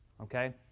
Okay